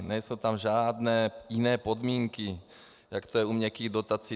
Nejsou tam žádné jiné podmínky, jako je to u měkkých dotací.